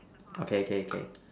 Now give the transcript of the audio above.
okay okay okay